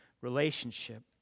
relationship